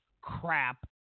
crap